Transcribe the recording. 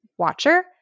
watcher